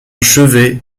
chevet